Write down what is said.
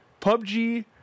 PUBG